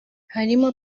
harimo